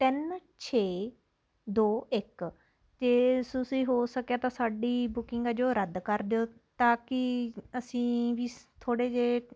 ਤਿੰਨ ਛੇ ਦੋ ਇੱਕ ਅਤੇ ਤੁਸੀਂ ਹੋ ਸਕਿਆ ਤਾਂ ਸਾਡੀ ਬੁਕਿੰਗ ਹੈ ਜੋ ਰੱਦ ਕਰ ਦਿਓ ਤਾਂ ਕਿ ਅਸੀਂ ਵੀ ਸ ਥੋੜ੍ਹੇ ਜਿਹੇ